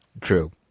True